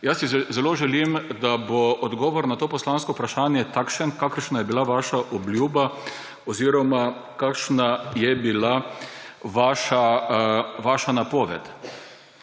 Jaz si zelo želim, da bo odgovor na to poslansko vprašanje takšen, kakršna je bila vaša obljuba oziroma kakršna je bila vaša napoved.